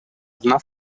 одна